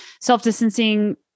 self-distancing